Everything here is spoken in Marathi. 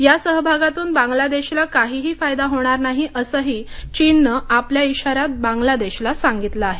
या सहभागातूनबांग्लादेशला काहीही फायदा होणार नाही असंहीचीननं आपल्याइशाऱ्यात बांग्लादेशला सांगितलं आहे